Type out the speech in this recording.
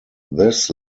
this